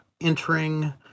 entering